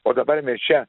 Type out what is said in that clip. o dabar mes čia